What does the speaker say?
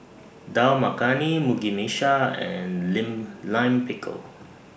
Dal Makhani Mugi Meshi and Lime Line Pickle